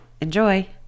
enjoy